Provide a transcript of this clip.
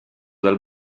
dal